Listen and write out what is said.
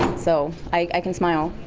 so i can smile.